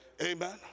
Amen